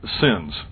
Sins